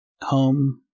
home